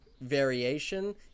variation